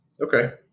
Okay